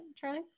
Charlie